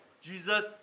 Jesus